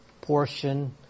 portion